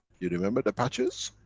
you remember the patches?